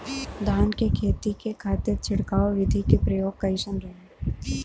धान के खेती के खातीर छिड़काव विधी के प्रयोग कइसन रही?